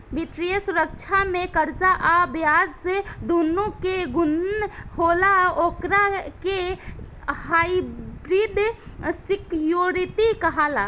वित्तीय सुरक्षा में कर्जा आ ब्याज दूनो के गुण होला ओकरा के हाइब्रिड सिक्योरिटी कहाला